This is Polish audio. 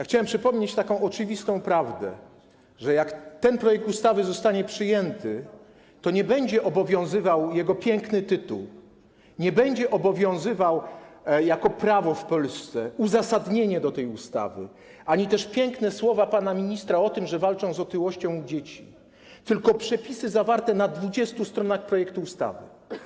Chciałem przypomnieć taką oczywistą prawdę, że jak ten projekt ustawy zostanie przyjęty, to nie będzie obowiązywał jego piękny tytuł, nie będą obowiązywały jako prawo w Polsce uzasadnienie tej ustawy ani też piękne słowa pana ministra o tym, że walczy się z otyłością u dzieci, tylko będą obowiązywały przepisy zawarte na 20 stronach projektu ustawy.